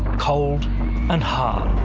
cold and hard.